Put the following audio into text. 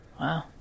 Wow